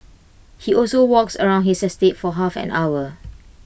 he also walks around his estate for half an hour